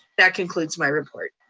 that concludes my report.